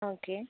okay